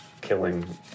killing